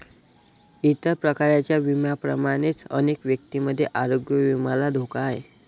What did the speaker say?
इतर प्रकारच्या विम्यांप्रमाणेच अनेक व्यक्तींमध्ये आरोग्य विम्याला धोका आहे